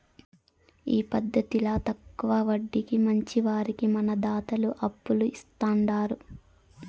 ఈ పద్దతిల తక్కవ వడ్డీకి మంచివారికి మన దాతలు అప్పులు ఇస్తాండారు